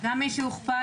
הישיבה